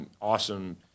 awesome